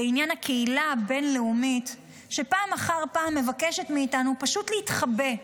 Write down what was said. בעניין הקהילה הבין-לאומית שפעם אחר פעם מבקשת מאיתנו פשוט להתחבא,